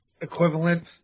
equivalent